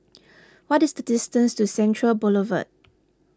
what is the distance to Central Boulevard